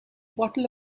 bottle